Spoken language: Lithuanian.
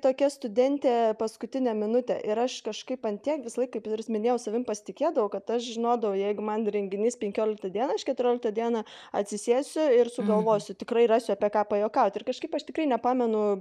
tokia studentė paskutinę minutę ir aš kažkaip ant tiek visą laiką kaip ir minėjau savim pasitikėdavau kad aš žinodavau jeigu man renginys penkioliktą dieną aš keturioliktą dieną atsisėsiu ir sugalvosiu tikrai rasiu apie ką pajuokauti ir kažkaip aš tikrai nepamenu